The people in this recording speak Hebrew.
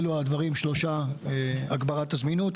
אלה שלושת הדברים: הגברת הזמינות,